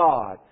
God